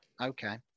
Okay